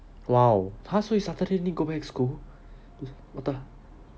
!wow! !huh! so you saturday need go back school what the